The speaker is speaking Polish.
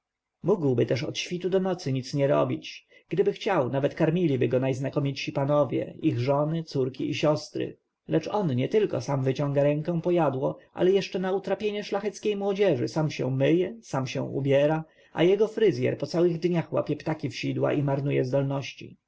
mógłby też od świtu do nocy nic nie robić gdyby chciał nawet karmiliby go najznakomitsi panowie ich żony siostry i córki lecz on nietylko sam wyciąga rękę po jadło ale jeszcze na utrapienie szlachetnej młodzieży sam się myje sam się ubiera a jego fryzjer po całych dniach łapie ptaki w sidła i marnuje zdolności